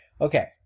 Okay